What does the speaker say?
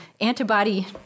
antibody